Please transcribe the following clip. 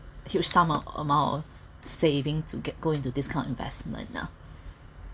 huge sum of amount saving to get go into this kind of investment ah